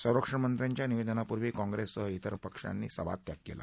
संरक्षण मंत्र्यांच्या निवेदनापूर्वी काँप्रेससह विरोधी पक्षांनी सभात्याग केला